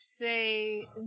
say